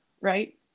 right